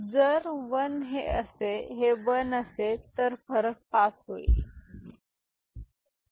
आणि जर हे 1 असेल तर फरक पास होईल फरक पास होईल